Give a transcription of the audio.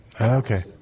okay